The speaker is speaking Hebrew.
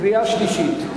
קריאה שלישית.